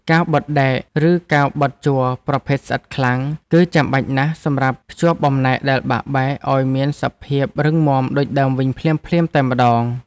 កាវបិទដែក ឬកាវបិទជ័រប្រភេទស្អិតខ្លាំង គឺចាំបាច់ណាស់សម្រាប់ភ្ជាប់បំណែកដែលបាក់បែកឱ្យមានសភាពរឹងមាំដូចដើមវិញភ្លាមៗតែម្តង។